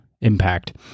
impact